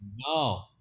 No